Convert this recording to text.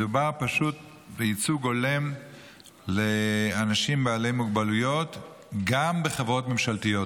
מדובר פשוט בייצוג הולם לאנשים בעלי מוגבלויות גם בחברות ממשלתיות.